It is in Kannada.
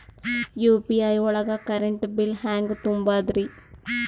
ಯು.ಪಿ.ಐ ಒಳಗ ಕರೆಂಟ್ ಬಿಲ್ ಹೆಂಗ್ ತುಂಬದ್ರಿ?